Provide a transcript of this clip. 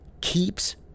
keeps